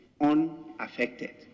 unaffected